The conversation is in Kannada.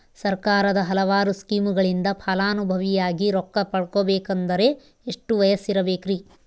ಸರ್ಕಾರದ ಹಲವಾರು ಸ್ಕೇಮುಗಳಿಂದ ಫಲಾನುಭವಿಯಾಗಿ ರೊಕ್ಕ ಪಡಕೊಬೇಕಂದರೆ ಎಷ್ಟು ವಯಸ್ಸಿರಬೇಕ್ರಿ?